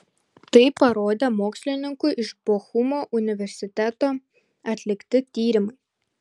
tai parodė mokslininkų iš bochumo universiteto atlikti tyrimai